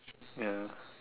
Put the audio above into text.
ya